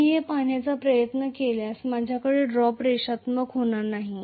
तर मी ते पाहण्याचा प्रयत्न केल्यास माझ्याकडे ड्रॉप रेषात्मक होणार नाही